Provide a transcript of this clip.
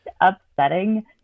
upsetting